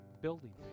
building